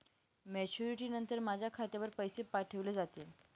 Maturity नंतर माझ्या खात्यावर पैसे पाठविले जातील?